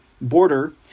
border